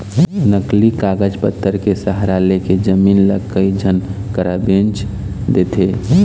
नकली कागज पतर के सहारा लेके जमीन ल कई झन करा बेंच देथे